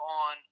on